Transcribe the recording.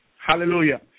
Hallelujah